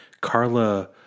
Carla